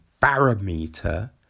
barometer